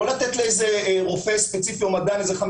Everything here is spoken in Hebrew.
לא לתת לאיזה רופא ספציפי או מדען איזה 5